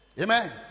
amen